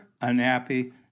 unhappy